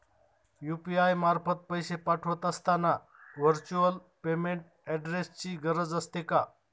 UPI मार्फत पैसे पाठवत असताना व्हर्च्युअल पेमेंट ऍड्रेसची गरज असते का?